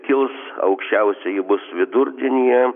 kils aukščiausia ji bus vidurdienyje